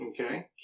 Okay